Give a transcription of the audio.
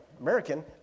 American